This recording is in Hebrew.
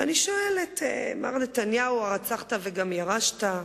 ואני שואלת, מר נתניהו, הרצחת וגם ירשת?